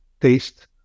taste